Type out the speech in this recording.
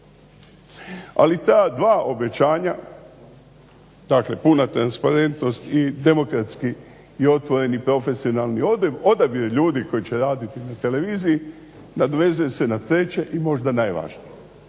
Ali ta dva obećanja, dakle puna transparentnost i demokratski i otvoreni profesionalni odabir ljudi koji će raditi na televiziji nadovezuje se na treće i možda najvažnije.